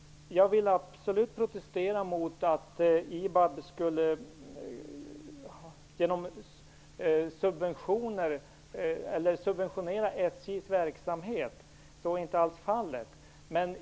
Jag vill absolut protestera mot påståendet att IBAB skulle subventionera SJ:s verksamhet. Så är inte alls fallet.